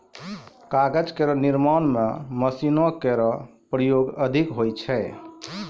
कागज केरो निर्माण म मशीनो केरो प्रयोग अधिक होय छै